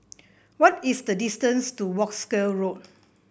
what is the distance to Wolskel Road